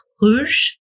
Rouge